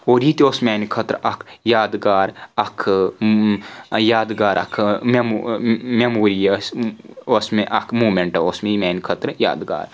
اور یہِ تہِ اوس میانہِ خٲطرٕ اکھ یاد گار اکھ یادگار اکھ میمو میموری ٲس ٲس مےٚ اکھ موٗمینٹہٕ اوس مےٚ یہِ میانہِ خٲطرٕ یادگار